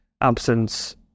absence